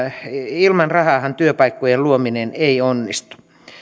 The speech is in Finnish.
ilman rahaahan työpaikkojen luominen ei onnistu